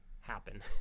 happen